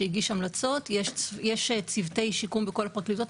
שהגיש המלצות, יש צוותי שיקום בכל הפרקליטות.